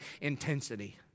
intensity